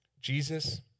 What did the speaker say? Jesus